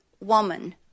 woman